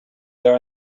there